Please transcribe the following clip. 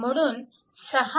म्हणून 6